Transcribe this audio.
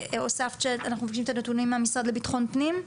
הוספת שאנחנו מבקשים את הנתונים מהמשרד לביטחון פנים?